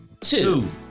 two